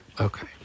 Okay